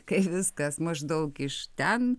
kai viskas maždaug iš ten